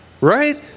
Right